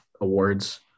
awards